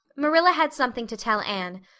marilla had something to tell anne,